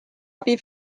abi